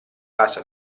base